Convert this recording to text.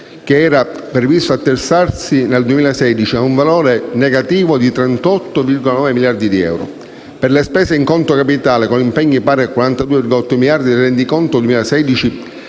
che era previsto attestarsi, nel 2016, ad un valore negativo di 38,9 miliardi di euro. Per le spese in conto capitale, con impegni pari a 42,8 miliardi, il rendiconto 2016